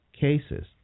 cases